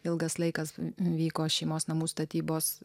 ilgas laikas vyko šeimos namų statybos